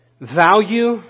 value